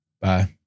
Bye